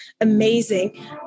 amazing